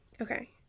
Okay